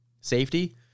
Safety